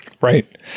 Right